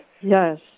Yes